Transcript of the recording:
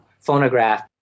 phonograph